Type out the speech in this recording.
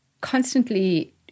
constantly